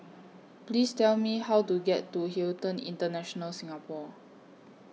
Please Tell Me How to get to Hilton International Singapore